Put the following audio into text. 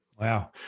Wow